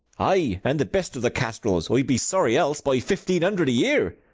ay, and the best of the kastrils, i'd be sorry else, by fifteen hundred a year.